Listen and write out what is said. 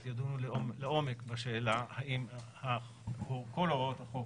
ידונו לעומק בשאלה האם כל הוראות החוק,